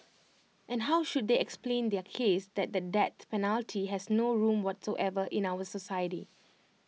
and how should they explain their case that the death penalty has no room whatsoever in our society